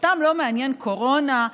אותם לא מעניין קורונה,